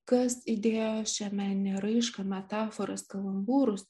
kas įdėjo šią meninę raišką metaforas kalambūrus